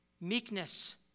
Meekness